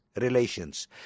relations